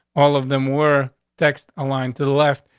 all of them were text a line to the left.